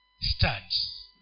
stands